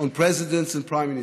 on presidents and prime ministers: